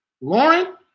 Lauren